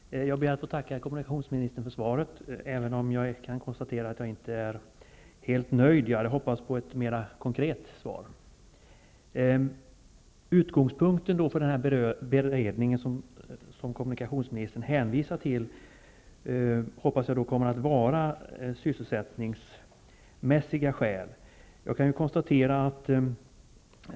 Fru talman! Jag ber att få tacka kommunikationsministern för svaret, även om jag inte är helt nöjd. Jag hade hoppats på ett mer konkret svar. Jag hoppas att sysselsättningsmässiga skäl kommer att vara utgångspunkten för den beredning som kommunikationsministern hänvisar till.